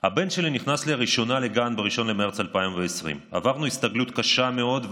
הבן שלי נכנס לראשונה לגן ב-1 במרץ 2020. עברנו הסתגלות קשה מאוד,